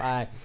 Bye